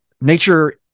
nature